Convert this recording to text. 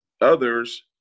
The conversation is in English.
others